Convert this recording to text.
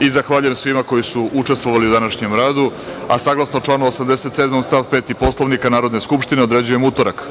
i zahvaljujem svima koji su učestvovali u današnjem radu. Saglasno članu 87. stav 5. Poslovnika Narodne skupštine, određujem utorak,